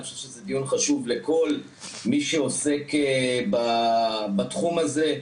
אני חושב שזה דיון חשוב לכל מי שעוסק בתחום הזה.